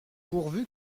pourvu